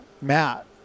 Matt